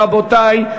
רבותי,